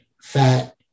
fat